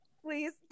Please